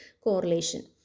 correlation